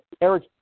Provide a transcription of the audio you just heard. Eric